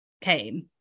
came